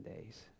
days